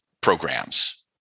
programs